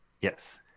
Yes